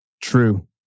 true